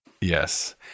Yes